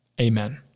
Amen